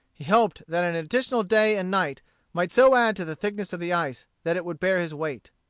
he hoped that an additional day and night might so add to the thickness of the ice that it would bear his weight.